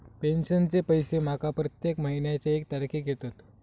पेंशनचे पैशे माका प्रत्येक महिन्याच्या एक तारखेक येतत